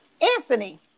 Anthony